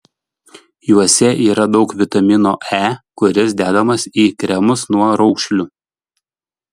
juose yra daug vitamino e kuris dedamas į kremus nuo raukšlių